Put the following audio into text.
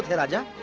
yeah raja?